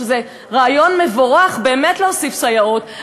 שזה רעיון מבורך באמת להוסיף סייעות,